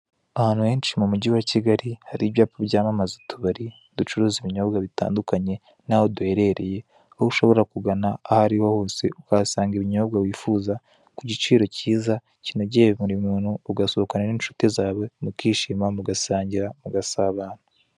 Ahantu henshi mu mujyi wa Kigali hari ibyapa byamamaza utubari ducuruza ibinyobwa bitandukanye naho duherereye, aho ushobora kugana ahariho hose ukahasanga ibinyobwa wifuza kugiciro cyiza kinogeye buri muntu ugasohokana n'inshuti zawe mukishima, mugasangira, mugasabana.